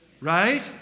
Right